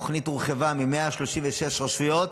התוכנית הורחבה מ-136 רשויות